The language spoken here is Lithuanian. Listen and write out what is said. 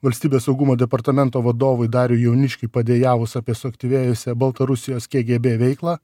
valstybės saugumo departamento vadovui dariui jauniškiui padejavus apie suaktyvėjusią baltarusijos kgb veiklą